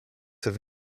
have